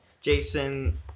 jason